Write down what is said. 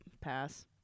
pass